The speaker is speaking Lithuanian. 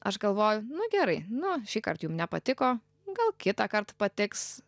aš galvoju nu gerai nu šįkart jum nepatiko gal kitąkart patiks